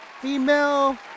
Female